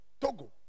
Togo